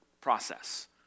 Process